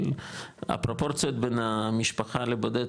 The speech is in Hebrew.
אבל הפרופורציות בין המשפחה לבודד,